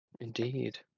Indeed